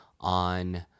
on